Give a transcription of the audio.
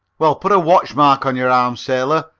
well, put a watch mark on your arm, sailor,